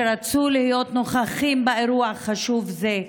שרצו להיות נוכחים באירוע חשוב זה.